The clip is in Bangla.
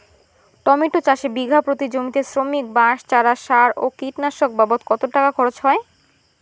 টমেটো চাষে বিঘা প্রতি জমিতে শ্রমিক, বাঁশ, চারা, সার ও কীটনাশক বাবদ কত টাকা খরচ হয়?